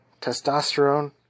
testosterone